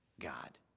God